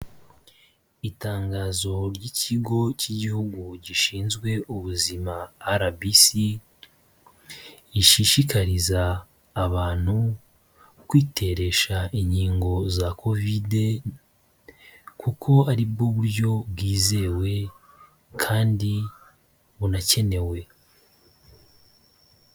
Itangazo ry'ikigo k'igihugu gishinzwe ubuzima RBC, rishishikariza abantu kwiteresha inkingo za covide kuko aribwo buryo bwizewe kandi bunakenewe.